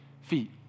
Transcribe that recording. feet